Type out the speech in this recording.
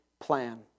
plan